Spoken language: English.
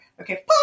Okay